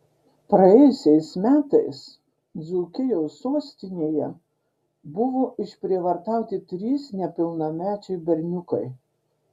praėjusiais metais dzūkijos sostinėje buvo išprievartauti trys nepilnamečiai berniukai